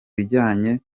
bijyanye